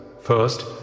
first